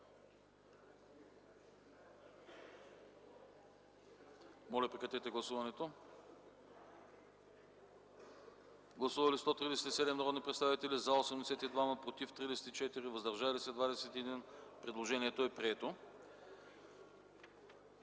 на Партия „Атака”. Гласували 137 народни представители: за 82, против 34, въздържали се 21. Предложението е прието.